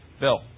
Bill